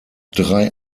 drei